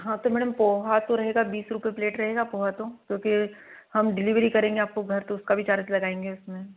हाँ तो मैडम पोहा तो रहेगा बीस रुपये प्लेट रहेगा पोहा तो क्योंकि हम डिलीवरी करेंगे आपको घर तो उसका भी चार्ज लगाएँगे उसमें